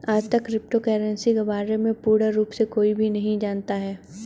आजतक crypto currency के बारे में पूर्ण रूप से कोई भी नहीं जानता है